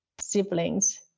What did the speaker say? siblings